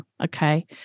Okay